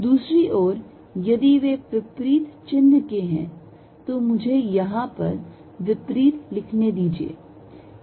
दूसरी ओर यदि वे विपरीत चिन्ह के हैं तो मुझे यहां पर विपरीत लिखने दीजिए